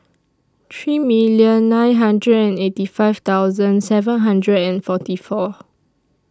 three million nine hundred and eighty five thousand seven hundred and forty four